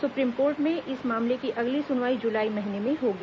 सु prim court में इस मामले की अगली सुनवाई जुलाई महीने में होगी